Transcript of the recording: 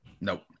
Nope